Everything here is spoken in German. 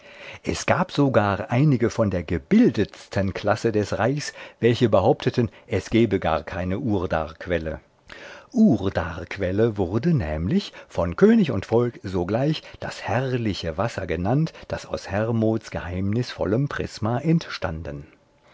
es gab sogar einige von der gebildetsten klasse des reichs welche behaupteten es gebe gar keine urdarquelle urdarquelle wurde nämlich von könig und volk sogleich das herrliche wasser genannt das aus hermods geheimnisvollem prisma entstanden